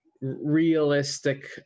realistic